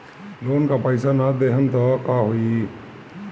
Loan का पैस न देहम त का होई?